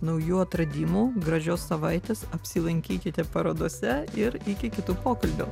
naujų atradimų gražios savaitės apsilankykite parodose ir iki kitų pokalbių